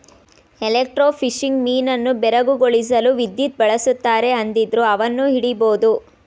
electrofishing ಮೀನನ್ನು ಬೆರಗುಗೊಳಿಸಲು ವಿದ್ಯುತ್ ಬಳಸುತ್ತದೆ ಆದ್ರಿಂದ ಅವನ್ನು ಹಿಡಿಬೋದು